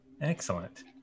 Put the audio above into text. Excellent